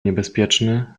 niebezpieczny